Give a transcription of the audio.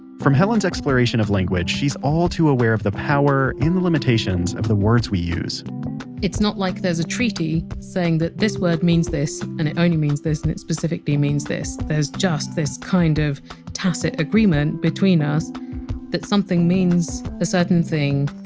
from her exploration of language, she's all too aware of the power, and the limitations, of the words we use it's not like there's a treaty saying that, this word means this, and it only means this, and it specifically means this. there's just this kind of tacit agreement between us that something means a certain thing,